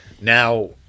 Now